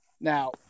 Now